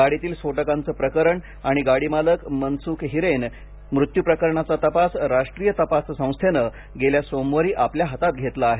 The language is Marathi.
गाडीतील स्फोटकांचे प्रकरण आणि गाडीमालक मनसुख हिरेन मृत्यु प्रकरणाचा तपास राष्ट्रीय तपास संस्थेने गेल्या सोमवारी आपल्या हातात घेतला आहे